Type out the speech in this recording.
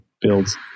builds